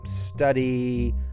study